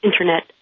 Internet